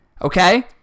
Okay